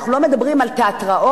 אנחנו לא מדברים תיאטראות,